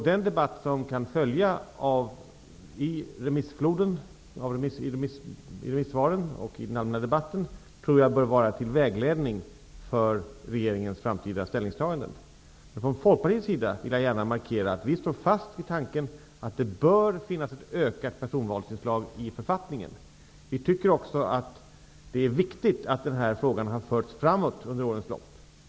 Den debatt som kan följa av remissvaren och i den allmänna debatten tror jag bör vara till vägledning för regeringens framtida ställningstaganden. Jag vill markera att vi i Folkpartiet står fast vid tanken att det bör finnas ett ökat personvalsinslag i författningen. Vi tycker också att det är viktigt att den här frågan har förts framåt under årens lopp.